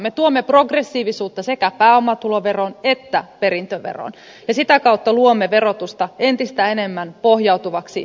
me tuomme progressiivisuutta sekä pääomatuloveroon että perintöveroon ja sitä kautta luomme verotusta entistä enemmän pohjautuvaksi veronmaksukykyyn